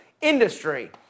industry